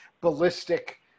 ballistic